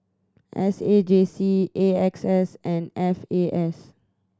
S A J C A X S and F A S